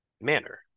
manner